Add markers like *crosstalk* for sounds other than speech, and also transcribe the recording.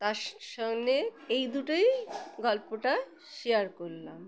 তার *unintelligible* এই দুটোই গল্পটা শেয়ার করলাম